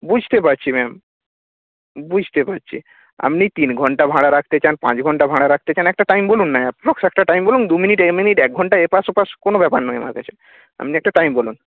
বুঝতে পারছি ম্যাম বুঝতে পারছি আপনি তিন ঘণ্টা ভাড়া রাখতে চান পাঁচ ঘণ্টা ভাড়া রাখতে চান একটা টাইম বলুন না অ্যাপ্রক্স একটা টাইম বলুন দু মিনিট মিনিট এক ঘণ্টা এপাশ ওপাশ কোনো ব্যাপার নয় আমার কাছে আপনি একটা টাইম বলুন